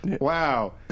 wow